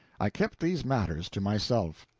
i kept these matters to myself.